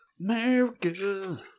America